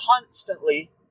constantly